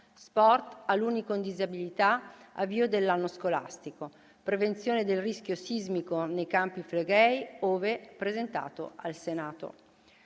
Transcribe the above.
sport, alunni con disabilità, avvio dell'anno scolastico; prevenzione del rischio sismico nei Campi Flegrei, ove presentato al Senato.